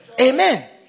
Amen